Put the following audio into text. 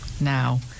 now